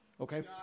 Okay